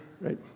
right